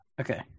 Okay